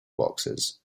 boxes